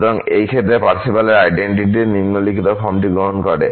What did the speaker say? সুতরাং এই ক্ষেত্রে পার্সেভালের আইডেন্টিটি নিম্নলিখিত ফর্মটি গ্রহণ করে